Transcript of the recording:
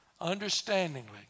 understandingly